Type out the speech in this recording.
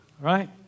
right